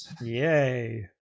Yay